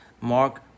Mark